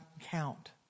count